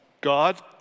God